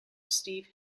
steve